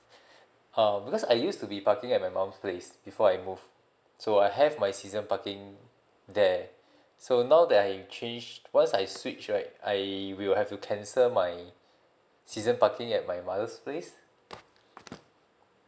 um because I used to be parking at my mom's place before I move so I have my season parking there so now that I changed once I switch right I will have to cancel my season parking at my mother's place